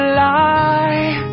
lie